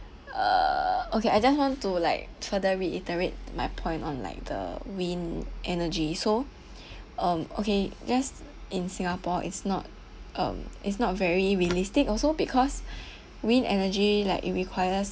err okay I just want to like further reiterate my point on like the wind energy so um okay just in singapore is not um is not very realistic also because wind energy like it requires